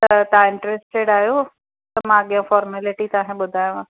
त तव्हां इंट्रस्टिड आहियो त मां अॻियां फॉर्मेलिटी तव्हांखे ॿुधायांव